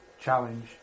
challenge